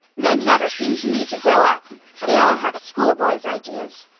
men never seem to me to grow up they all have schoolboy's ideas.